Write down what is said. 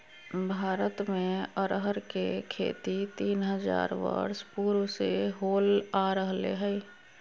भारत में अरहर के खेती तीन हजार वर्ष पूर्व से होल आ रहले हइ